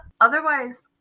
Otherwise